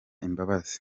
imbabazi